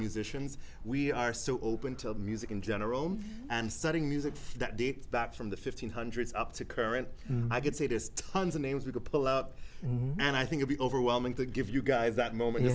musicians we are so open till music in general and studying music that dates back from the fifteenth hundreds up to current i could say this tons of names we could pull out and i think the overwhelming to give you guys that moment